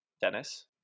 Dennis